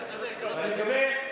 אני מקווה,